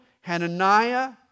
Hananiah